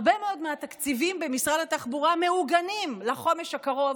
הרבה מאוד מהתקציבים במשרד התחבורה מעוגנים לחומש הקרוב,